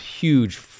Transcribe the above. huge